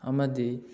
ꯑꯃꯗꯤ